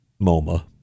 MoMA